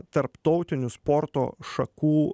tarptautinių sporto šakų